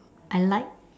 I like